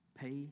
pay